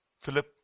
Philip